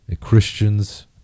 Christian's